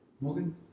Morgan